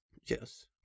Yes